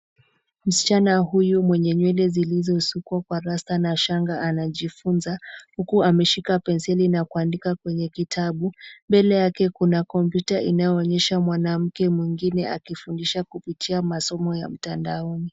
Msichana huyu, mwenye nywele zilizosukwa kwa Rasta na shanga, anajifunza huku ameshika penseli na kuandika kwenye kitabu. Mbele yake kuna kompyuta inayoonyesha mwanamke mwingine akifundisha kupitia masomo ya mtandaoni.